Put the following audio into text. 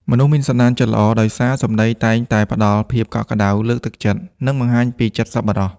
មនុស្សមានសន្តានចិត្តល្អដោយសារ សម្ដីតែងតែផ្ដល់ភាពកក់ក្ដៅ លើកទឹកចិត្ត និងបង្ហាញពីចិត្តសប្បុរស។